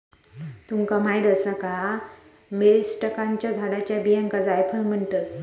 तुमका माहीत आसा का, मिरीस्टिकाच्या झाडाच्या बियांका जायफळ म्हणतत?